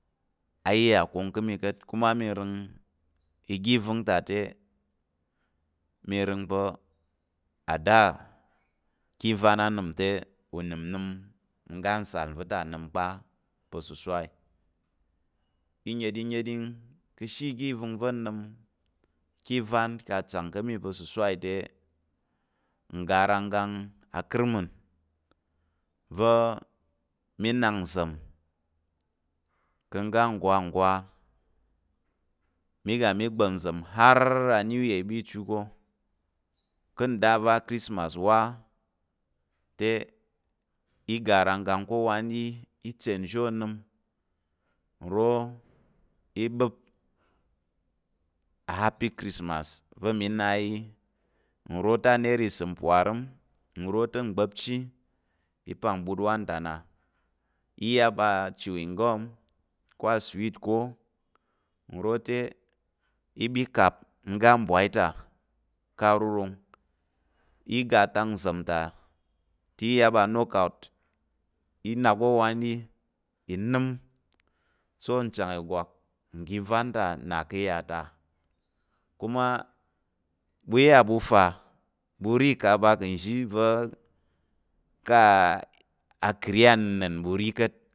A iya kong ka mi kat ka ma mi rin i ga van ta te, mi rin pa a dar ki van anim te. unəm i ga nəm sal va ta nim kpa ka saswai, i nyedinnyedin ka shi van va nim ka van. ka chan ka mi ka siswai in ga rangan akirman va mi nan sam ka ga gwagwa mi ga mi bwap. sam har a new year i mi chuwko, ka da va kirisma wa pa te i ga rangang ko wan yi. i chen shaw nim in ro i bep a happy krisma va mi na yi, in ro te a naira i sim pwarim. inro te bwapchi i pan but antana iyap a chewing gum ko a sweet ko, inro te i mi kap. inga bwai ta ka ru run iga ta sam ta te iyap a knockout inan u wan yi i nim so chan i. gwak i ga van ta na ka ya ta kuma bu inya bu fa bu ri ika ba kan shi va ka kari